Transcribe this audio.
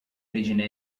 origine